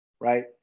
right